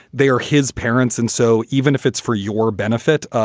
they are his parents, and so even if it's for your benefit,